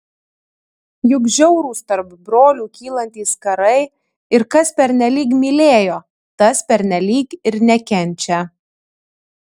juk žiaurūs tarp brolių kylantys karai ir kas pernelyg mylėjo tas pernelyg ir nekenčia